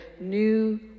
new